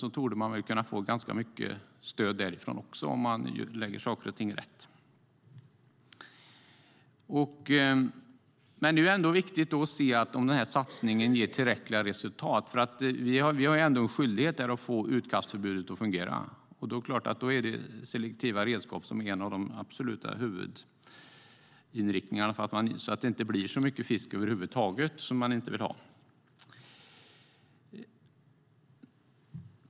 Man torde kunna få ganska mycket stöd därifrån om man lägger saker och ting rätt. Det är viktigt att se om satsningen ger tillräckliga resultat. Vi har en skyldighet att få utkastförbudet att fungera. Då är selektiva redskap en av de absoluta huvudinriktningarna så att det inte blir så mycket fisk som man inte vill ha.